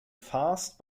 fast